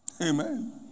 Amen